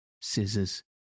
scissors